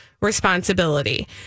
responsibility